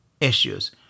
issues